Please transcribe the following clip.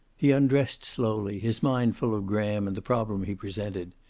he undressed slowly, his mind full of graham and the problem he presented.